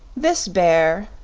this bear,